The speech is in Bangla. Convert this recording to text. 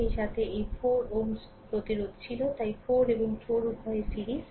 সেই সাথে এই 4 Ω প্রতিরোধ ছিল তাই 4 এবং 4 উভয়ই সিরিজ